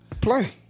Play